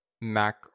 Mac